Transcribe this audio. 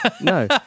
No